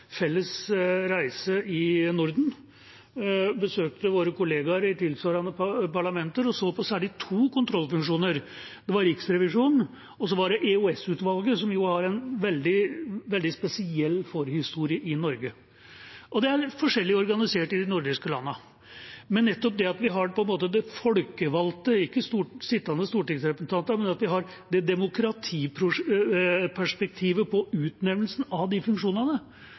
besøkte våre kolleger i tilsvarende parlamenter og så på særlig to kontrollfunksjoner: Det var Riksrevisjonen, og så var det EOS-utvalget, som jo har en veldig spesiell forhistorie i Norge, og det er forskjellig organisert i de nordiske landene. Men nettopp det at vi har folkevalgte, ikke sittende stortingsrepresentanter, men at vi har det demokratiperspektivet på utnevnelsen av de funksjonene